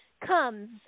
comes